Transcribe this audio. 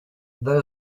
there